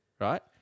right